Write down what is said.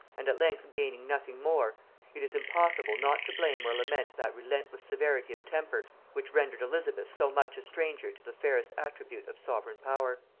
and at length gaining nothing more it is impossible not to blame or lament that relentless severity of temper which rendered elizabeth so much a stranger to the fairest attribute of sovereign power.